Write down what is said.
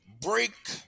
break